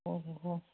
ꯑꯣ